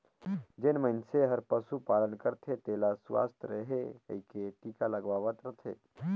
जेन मइनसे हर पसु पालन करथे तेला सुवस्थ रहें कहिके टिका लगवावत रथे